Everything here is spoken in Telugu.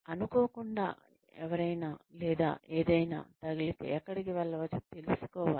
అనుకోకుండా ఎవరైనా లేదా ఏదైనా తగిలితే ఎక్కడికి వెళ్ళవచ్చో తెలుసుకోవాలి